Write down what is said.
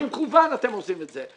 במכוון אתם עושים את זה.